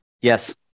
yes